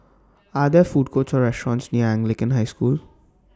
Are There Food Courts Or restaurants near Anglican High School